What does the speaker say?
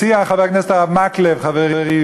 הציע חבר הכנסת הרב מקלב חברי,